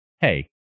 hey